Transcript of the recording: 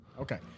Okay